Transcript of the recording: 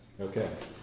Okay